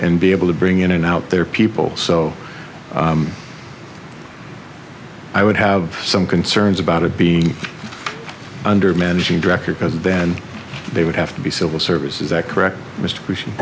and be able to bring in and out their people so i would have some concerns about it being under managing director because then they would have to be civil service is that correct m